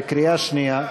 בקריאה שנייה,